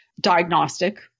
diagnostic